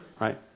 right